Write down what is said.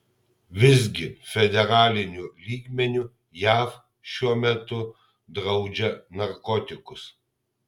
visgi federaliniu lygmeniu jav šiuo metu draudžia narkotikus